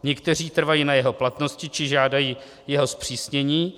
Někteří trvají na jeho platnosti či žádají jeho zpřísnění.